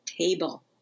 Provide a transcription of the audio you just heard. table